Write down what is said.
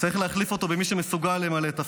צריך להחליף אותו במי שמסוגל למלא את תפקידו.